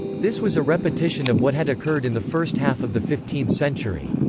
this was a repetition of what had occurred in the first half of the fifteenth century.